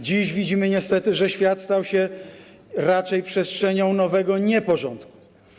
Dziś widzimy niestety, że świat stał się raczej przestrzenią nowego nieporządku.